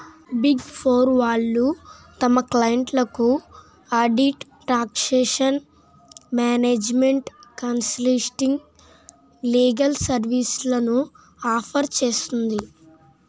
big four వాళ్ళు తమ క్లయింట్లకు audit, taxation, management consulting, legal సర్వీస్లను ఆఫర్ చేస్తుంది